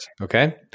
okay